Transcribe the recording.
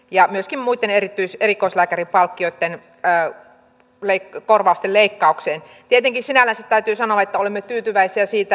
ja myöskin muitten erittyy erikoislääkäripalkkioitten päälle leikko korvausten leikkaukseen tietenkin sinällänsä täytyy sanoa puhumme laajasti ajatellen kansalaisten terveydestä ja hyvinvoinnista